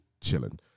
chilling